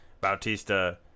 Bautista